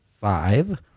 five